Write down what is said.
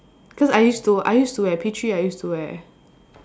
cause I used to I used to at P three I used to wear